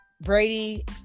Brady